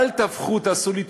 אל תהפכו, תעשו לי טובה,